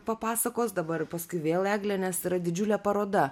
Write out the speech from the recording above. papasakos dabar paskui vėl eglė nes yra didžiulė paroda